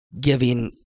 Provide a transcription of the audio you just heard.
giving